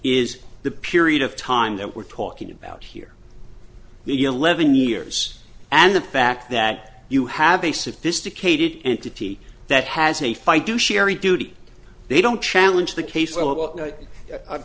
is the period of time that we're talking about here the eleven years and the fact that you have a sophisticated entity that has a fight do sherry duty they don't challenge the case well i'm